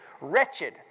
wretched